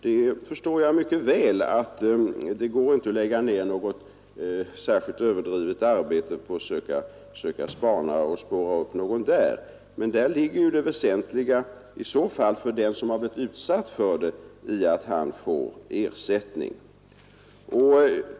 Jag förstår mycket väl att det inte går att lägga ned något särskilt överdrivet arbete på att där söka spana och spåra upp någon. Men det väsentliga för den som blivit utsatt för sådant brott ligger i att han får ersättning.